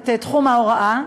את תחום ההוראה,